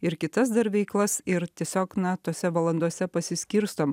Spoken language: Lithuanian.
ir kitas dar veiklas ir tiesiog na tose valandose pasiskirstom